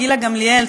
גילה גמליאל,